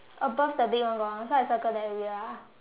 above the big one got one so I circle that area ah